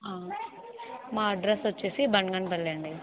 మా అడ్రస్ వచ్చేసి బంగినపల్లి అండి